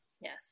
yes